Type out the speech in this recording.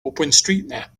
openstreetmap